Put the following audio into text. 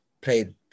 played